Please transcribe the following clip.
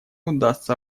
удастся